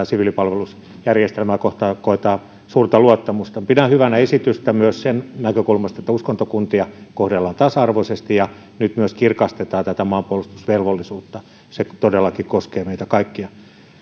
siviilipalvelusjärjestelmää kohtaan koetaan suurta luottamusta pidän esitystä hyvänä myös siitä näkökulmasta että uskontokuntia kohdellaan tasa arvoisesti ja nyt myös kirkastetaan maanpuolustusvelvollisuutta se todellakin koskee meitä kaikkia